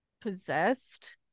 possessed